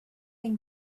been